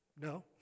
no